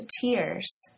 tears